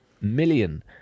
million